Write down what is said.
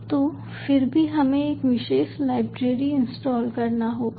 तो फिर भी हमें एक विशेष लाइब्रेरी इंस्टॉल करना होगा